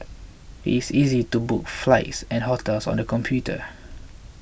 it is easy to book flights and hotels on the computer